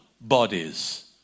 bodies